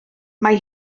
mae